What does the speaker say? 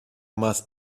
must